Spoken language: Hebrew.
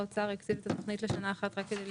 לו, אתה